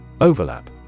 Overlap